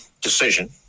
decision